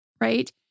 right